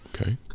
Okay